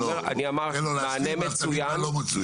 לא, תן לו להשיב ותבין מה לא מצוין.